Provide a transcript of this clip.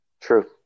True